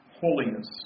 holiness